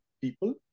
people